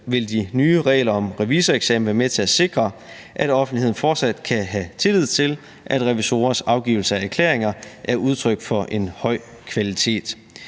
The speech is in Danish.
vil de nye regler om revisoreksamen være med til at sikre, at offentligheden fortsat kan have tillid til, at revisorers afgivelse af erklæringer er udtryk for en høj kvalitet.